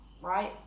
right